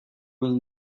will